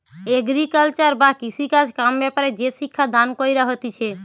agriculture বা কৃষিকাজ কাম ব্যাপারে যে শিক্ষা দান কইরা হতিছে